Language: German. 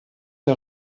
der